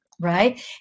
right